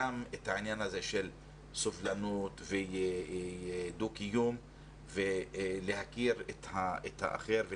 ואת העניין הזה של סובלנות ודו קיום ולהכיר את האחר,